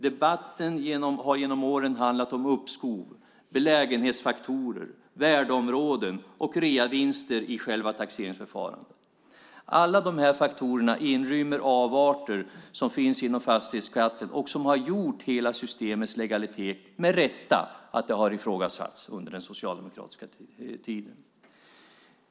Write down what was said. Debatten har genom åren handlat om uppskov, belägenhetsfaktorer, värdeområden och reavinster i själva taxeringsförfarandet. Alla de här faktorerna inrymmer avarter som finns inom fastighetsskatten och som har gjort att hela systemets legalitet med rätta har ifrågasatts under den socialdemokratiska tiden.